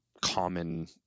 common